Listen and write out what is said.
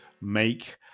make